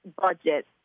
budget